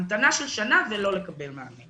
המתנה של שנה זה לא לקבל מענה.